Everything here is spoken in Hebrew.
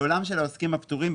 בעולם של העוסקים הפטורים,